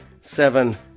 seven